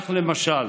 כך למשל,